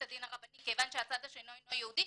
הדין הרבני כיון שהצד השני אינו יהודי,